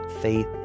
faith